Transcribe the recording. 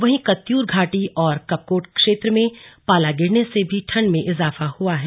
वहीं कत्यूर घाटी और कपकोट क्षेत्र में पाला गिरने से भी ठंड में इजाफा हुआ है